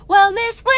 Wellness